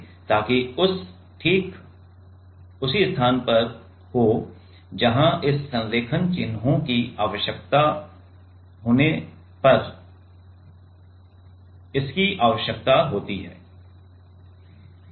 ताकि यह ठीक उसी स्थान पर हो जहां इस संरेखण चिह्नों की आवश्यकता होने पर इसकी आवश्यकता होती है